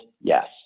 yes